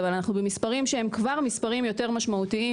אבל אנחנו במספרים שהם כבר מספרים יותר משמעותיים,